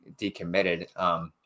decommitted